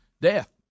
death